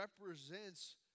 represents